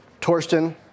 Torsten